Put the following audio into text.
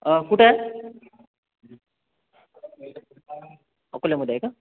अं कुठे आहे अकोल्यामध्ये आहे का